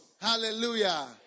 Hallelujah